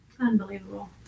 Unbelievable